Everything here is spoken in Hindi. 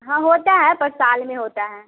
हाँ होता है पर साल में होता है